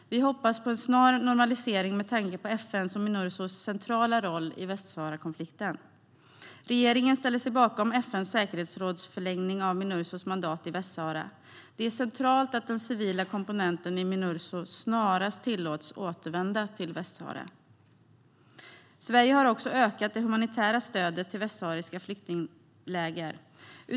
Vi hoppas på en snar normalisering med tanke på FN:s och Minursos centrala roll i Västsaharakonflikten. Regeringen ställer sig bakom FN:s säkerhetsråds förlängning av Minursos mandat i Västsahara. Det är centralt att den civila komponenten i Minurso snarast tillåts att återvända till Västsahara. Sverige har ökat det humanitära stödet till de västsahariska flyktinglägren.